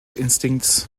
instincts